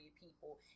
people